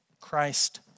Christ